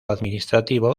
administrativo